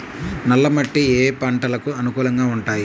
నల్ల మట్టి ఏ ఏ పంటలకు అనుకూలంగా ఉంటాయి?